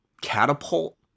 catapult